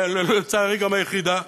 ולצערי גם היחידה,